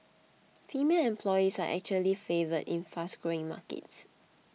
female employees are actually favoured in fast growing markets